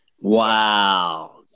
Wow